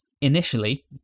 Initially